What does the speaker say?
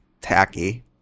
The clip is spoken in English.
tacky